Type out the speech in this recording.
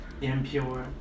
Impure